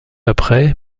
après